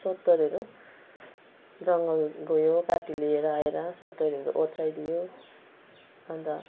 सोत्तरहरू जङ्गल गयो काटी ल्याएर आएर सोत्तरहरू ओछ्याई दियो अन्त